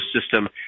system